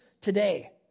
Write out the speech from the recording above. today